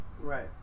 Right